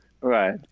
Right